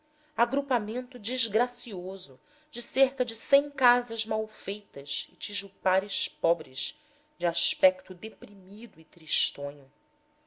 agrupamento desgracioso de cerca de cem casas malfeitas e tijupares pobres de aspecto deprimido e tristonho